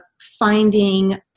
finding